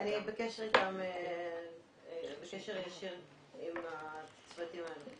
אני בקשר ישיר עם הצוותים.